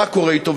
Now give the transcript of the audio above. מה קורה אתו,